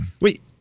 Wait